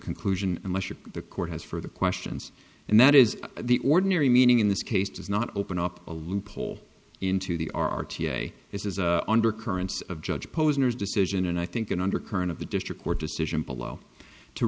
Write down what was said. conclusion unless you're the court has for the questions and that is the ordinary meaning in this case does not open up a loophole into the r t a is a undercurrents of judge posner's decision and i think an undercurrent of the district court decision below to